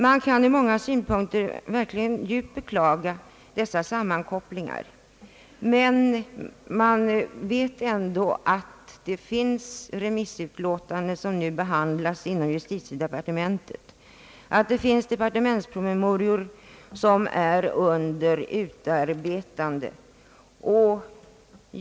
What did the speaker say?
Man kan ur många synpunkter verkligen djupt beklaga dessa sammankopplingar, men man vet ändå att det finns remissutlåtanden som nu behandlas inom justitiedepartementet, och att det finns departementspromemorior som är under utarbetande.